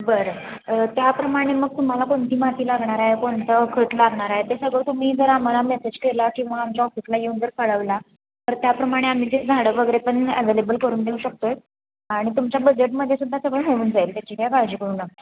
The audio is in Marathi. बरं त्याप्रमाणे मग तुम्हाला कोणती माती लागणार आहे कोणतं खत लागणार आहे ते सगळं तुम्ही जर आम्हाला मेसेज केला किंवा आमच्या ऑफिसला येऊन जर कळवलं तर त्याप्रमाणे आम्ही ते झाडं वगैरे पण ॲवेलेबल करून देऊ शकतो आहे आणि तुमच्या बजेटमध्ये सुद्धा सगळं मिळून जाईल त्याची काय काळजी करू नका